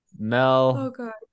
mel